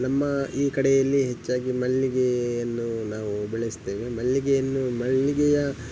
ನಮ್ಮ ಈ ಕಡೆಯಲ್ಲಿ ಹೆಚ್ಚಾಗಿ ಮಲ್ಲಿಗೆಯನ್ನು ನಾವು ಬೆಳೆಸ್ತೇವೆ ಮಲ್ಲಿಗೆಯನ್ನು ಮಲ್ಲಿಗೆಯ